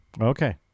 Okay